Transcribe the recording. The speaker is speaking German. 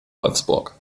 wolfsburg